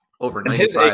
overnight